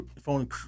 phone